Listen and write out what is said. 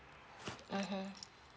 mmhmm